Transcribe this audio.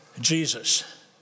Jesus